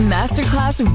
Masterclass